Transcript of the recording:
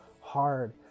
hard